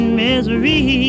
misery